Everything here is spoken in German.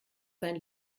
sein